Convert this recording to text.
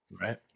Right